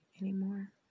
anymore